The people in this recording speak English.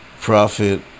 profit